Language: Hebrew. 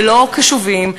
ולא קשובים,